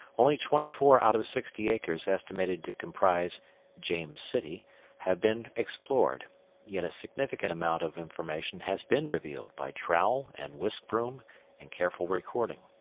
only twenty four out of sixty acres estimated to comprise james citty have been explored yet a significant amount of information has been revealed by trowel and whiskbroom and careful recording.